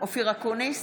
אופיר אקוניס,